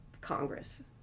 Congress